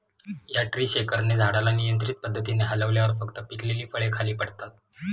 या ट्री शेकरने झाडाला नियंत्रित पद्धतीने हलवल्यावर फक्त पिकलेली फळे खाली पडतात